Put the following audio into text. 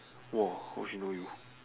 !woah! how she know you